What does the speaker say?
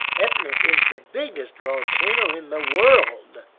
etna is the biggest volcano in the world.